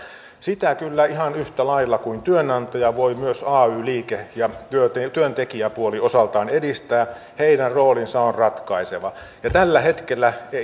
sitä kyllä ihan yhtä lailla kuin työnantaja voivat myös ay liike ja työntekijäpuoli osaltaan edistää heidän roolinsa on ratkaiseva tällä hetkellä he